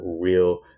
real